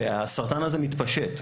הסרטן הזה מתפשט.